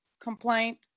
complaint